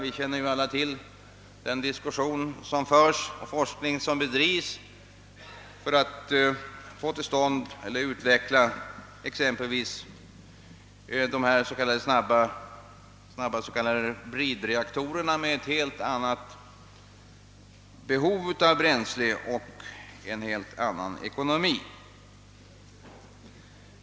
Vi känner alla till den diskussion som föres och den forskning som bedrives för att utveckla exempelvis de snabba s.k. bridreaktorerna, som har ett helt annat behov av bränsle och en helt annan ekonomi.